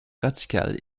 radical